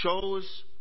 chose